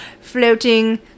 floating